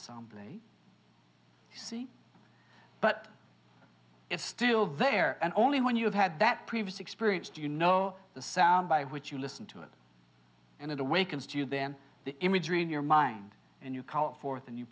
soundly you see but it's still there and only when you have had that previous experience do you know the sound by which you listen to it and it awakens to you then the imagery in your mind and you call it forth and you